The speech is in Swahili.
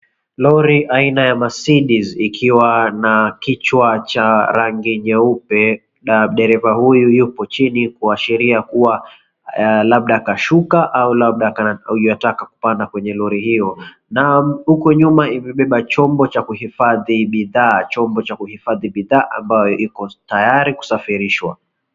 Lori aina ya Mercedes ikiwa na kichwa cha rangi nyeupe na dereva huyu yupo chini kuashiria kuwa labda kashuka au labda yuataka kupanda kwenye lori hio. Na huku nyuma imebeba chombo cha kuhifadhi bidhaa ambayo iko tayari kusafirirshwa.